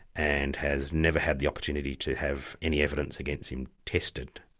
and has never had the opportunity to have any evidence against him tested.